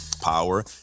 power